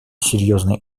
серьезной